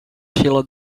shiela